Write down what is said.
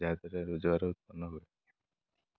ଯାହାଦ୍ୱାରା ରୋଜଗାର ଉତ୍ପନ୍ନ ହୁଏ